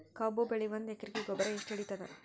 ಕಬ್ಬು ಬೆಳಿ ಒಂದ್ ಎಕರಿಗಿ ಗೊಬ್ಬರ ಎಷ್ಟು ಹಿಡೀತದ?